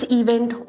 event